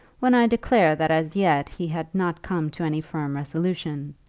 when i declare that as yet he had not come to any firm resolution,